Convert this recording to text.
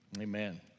Amen